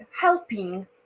helping